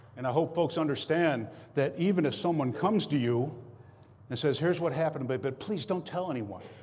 and i hope folks understand that even if someone comes to you and says, here's what happened, but but please don't tell anyone,